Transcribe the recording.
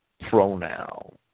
pronoun